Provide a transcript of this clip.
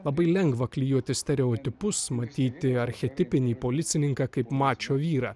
labai lengva klijuoti stereotipus matyti archetipinį policininką kaip mačo vyrą